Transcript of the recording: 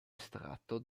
estratto